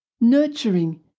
nurturing